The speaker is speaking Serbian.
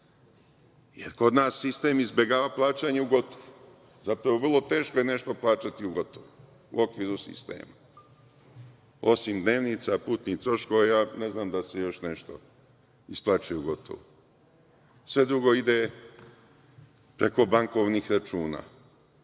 jer kod nas sistem izbegava plaćanje u gotovo, zapravo vrlo teško je nešto plaćati u gotovom u okviru sistema, osim dnevnica, putnih troškova, ja ne znam da se još nešto isplaćuje u gotovom, sve drugo ide preko bankovnih računa.